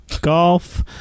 golf